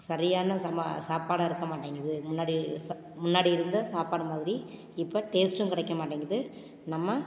சரியான சம சாப்பாடாக இருக்கற மாட்டேங்கிது முன்னாடி ச முன்னாடி இருந்த சாப்பாடு மாதிரி இப்போ டேஸ்ட்டும் கிடைக்க மாட்டேங்கிது நம்ம